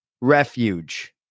refuge